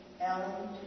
Ellen